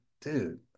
dude